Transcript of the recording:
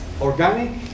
Organic